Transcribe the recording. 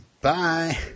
Bye